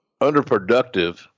underproductive